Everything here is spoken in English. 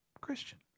Christian